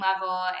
level